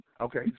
Okay